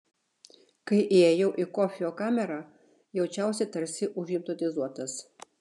kai įėjau į kofio kamerą jaučiausi tarsi užhipnotizuotas